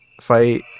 fight